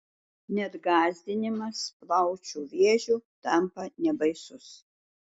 net gąsdinimas plaučių vėžiu tampa nebaisus